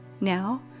Now